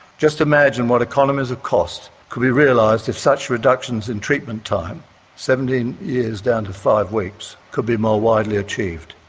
just imagine what economies of cost could be realised if such reductions in treatment time seventeen years down to five weeks could be more widely achieved.